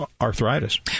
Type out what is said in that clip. arthritis